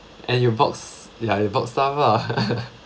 and you box ya you box stuff ah